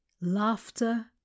laughter